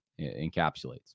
encapsulates